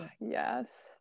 Yes